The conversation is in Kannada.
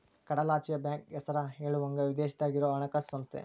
ಕಡಲಾಚೆಯ ಬ್ಯಾಂಕ್ ಹೆಸರ ಹೇಳುವಂಗ ವಿದೇಶದಾಗ ಇರೊ ಹಣಕಾಸ ಸಂಸ್ಥೆ